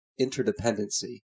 interdependency